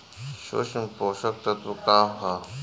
सूक्ष्म पोषक तत्व का ह?